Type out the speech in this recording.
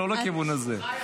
לא לכיוון הזה.